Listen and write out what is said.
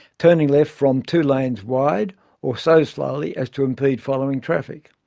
turning left from two lanes wide or so slowly as to impede following traffic.